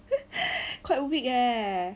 quite weak eh